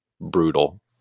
brutal